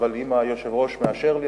אבל אם היושב-ראש מאשר לי,